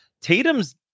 Tatum's